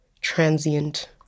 transient